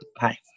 Hi